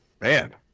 man